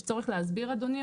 יש צורך להסביר, אדוני?